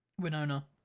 Winona